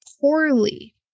poorly